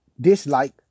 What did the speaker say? dislike